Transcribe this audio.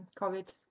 COVID